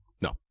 no